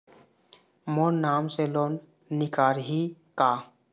मोर नाम से लोन निकारिही का?